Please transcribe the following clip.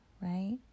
right